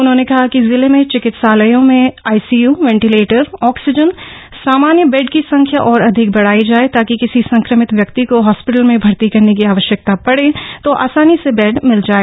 उन्होंने कहा कि जिले में चिकित्सालयों में आईसीय वेन्टिलेटर आक्सीजन सामान्य बैड की संख्या और अधिक बढाई जाए ताकि किसी संक्रमित व्यक्ति को हॉस्पिटल में भर्ती करने की आवश्यकता पड़े तो आसानी से बैड मिल जाए